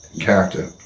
character